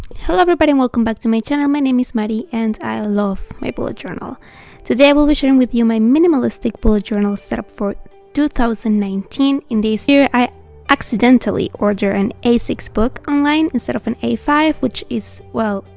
hello everybody, welcome back to my channel, my name is mari and i love my bullet journal today i will be sharing with you my minimalistic bullet journal set up for two thousand and nineteen in this year, i accidentally ordered an a six book online instead of an a five which is, well,